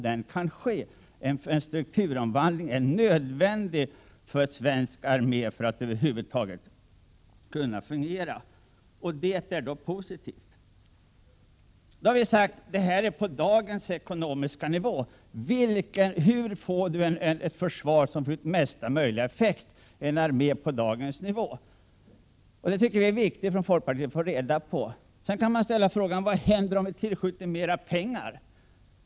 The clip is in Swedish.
Men en strukturomvandling är nödvändig för att den svenska armén över huvud taget skall kunna fungera. Då har vi sagt att strukturomvandlingen sker på dagens ekonomiska nivå. Hur får vi ett försvar med största möjliga effekt på dagens nivå? Det tycker vi från folkpartiet är viktigt att få reda på. Och vad händer om vi tillskjuter mera pengar?